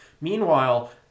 Meanwhile